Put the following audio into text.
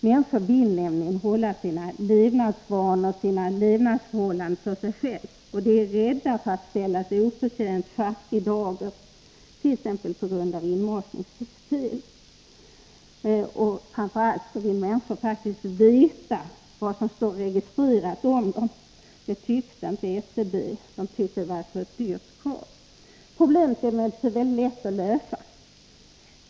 Människor vill hålla sina levnadsvanor och levnadsförhållanden för sig själva, och de är rädda för att ställas i oförtjänt sjaskig dager —t.ex. på grund av inmatningsfel. Framför allt vill människor veta vad som står registrerat om dem. Det tyckte inte SCB, som tyckte att det var ett för dyrt krav. Problemet är emellertid mycket lätt att lösa.